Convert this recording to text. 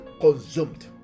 consumed